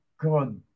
god